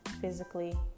physically